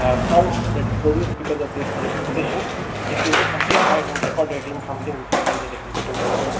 ah sound that is produced because of this decrypitation, this is amplified and recorded in something which is called a decrypitogram.